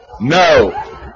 No